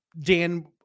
Dan